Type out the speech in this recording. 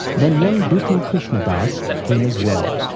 then young dukhi krishnadas came as well,